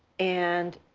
and